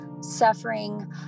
suffering